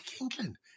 England